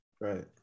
Right